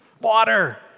Water